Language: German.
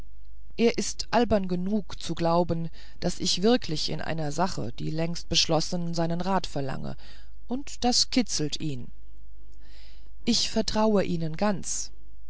er ist albern genug zu glauben daß ich wirklich in einer sache die längst beschlossen seinen rat verlange und das kitzelt ihn ich vertraue ihnen ganz